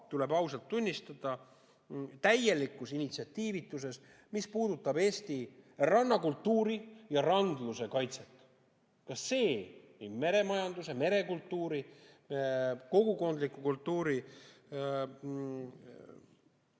tuleb tunnistada, täielikus initsiatiivituses, mis puudutab Eesti rannakultuuri ja randluse kaitset. See nii meremajanduse, merekultuuri, kogukondliku kultuuri